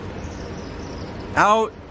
Out